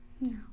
no